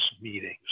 meetings